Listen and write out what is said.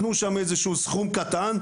נתנו שם איזה שהוא סכום קטן,